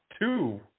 two